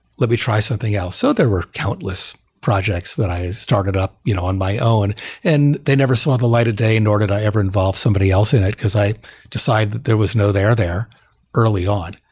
let me try something else. so there were countless projects that i started up you know on my own and they never saw the light of day nor did i ever involve somebody else in it, because i decided that there was no there there early on.